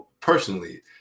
personally